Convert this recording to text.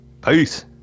Peace